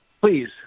Please